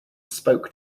spoke